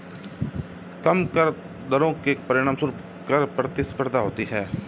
कम कर दरों के परिणामस्वरूप कर प्रतिस्पर्धा होती है